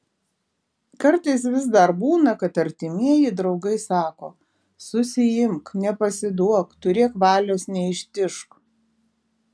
kartais vis dar būna kad artimieji draugai sako susiimk nepasiduok turėk valios neištižk